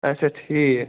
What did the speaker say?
آچھا ٹھیٖک